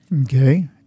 Okay